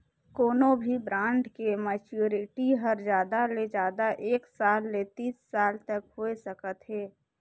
कोनो भी ब्रांड के मैच्योरिटी हर जादा ले जादा एक साल ले तीस साल तक होए सकत हे